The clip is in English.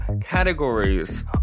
categories